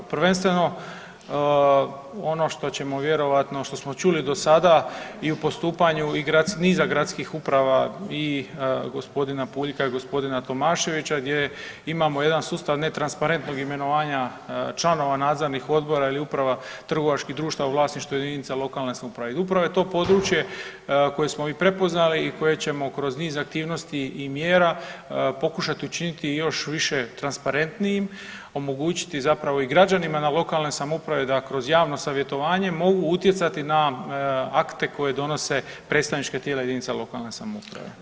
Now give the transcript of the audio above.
Prvenstveno ono što ćemo vjerojatno, što smo čuli do sada i u postupanju niza gradskih uprava i g. Puljka i g. Tomaševića gdje imamo jedan sustav netransparentnog imenovanja članova nadzornih odbora ili uprava trgovačkih društava u vlasništvu jedinica lokalne samouprave i upravo je to područje koje smo i prepoznali i koje ćemo kroz niz aktivnosti i mjera pokušati učiniti još više transparentnijim, omogućiti zapravo i građanima na lokalnoj samoupravi da kroz javno savjetovanje mogu utjecati na akte koje donose predstavnička tijela jedinica lokalne samouprave.